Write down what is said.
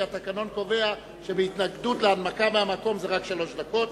כי התקנון קובע שבהתנגדות להנמקה מהמקום זה רק שלוש דקות.